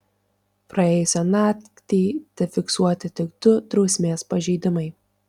praėjusią naktį tefiksuoti tik du drausmės pažeidimai